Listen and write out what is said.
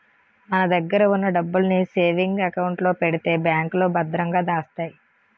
మన దగ్గర ఉన్న డబ్బుల్ని సేవింగ్ అకౌంట్ లో పెడితే బ్యాంకులో భద్రంగా దాస్తాయి